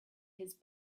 his